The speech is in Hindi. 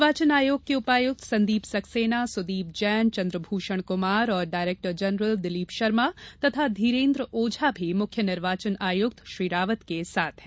निर्वाचन आयोग के उपायुक्त संदीप सक्सेना सुदीप जैन चंद्रभूषण कुमार और डायरेक्टर जनरल दिलीप शर्मा तथा धीरेन्द्र ओझा भी मुख्य निर्वाचन आयुक्त श्री रावत के साथ हैं